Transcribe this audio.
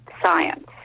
science